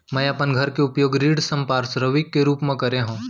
मै अपन घर के उपयोग ऋण संपार्श्विक के रूप मा करे हव